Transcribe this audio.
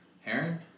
Heron